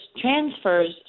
transfers